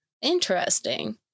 interesting